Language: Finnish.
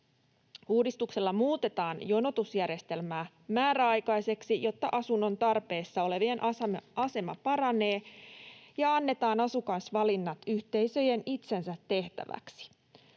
Uudistuksella muutetaan jonotusjärjestelmää määräaikaiseksi, jotta asunnon tarpeessa olevien asema paranee, ja annetaan asukasvalinnat yhteisöjen itsensä tehtäväksi.